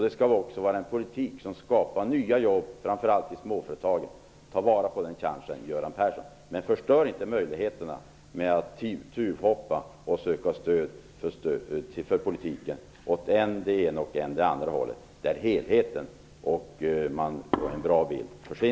Det skall också vara en politik som skapar nya jobb, framför allt i småföretagen. Ta vara på den chansen, Göran Persson, men förstör inte möjligheterna genom att tuvhoppa och söka stöd för politiken åt än det ena, än det andra hållet! Det gäller att se till helheten.